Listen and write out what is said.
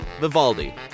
Vivaldi